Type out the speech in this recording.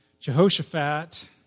Jehoshaphat